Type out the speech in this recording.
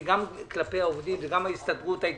גם כלפי העובדים וההסתדרות.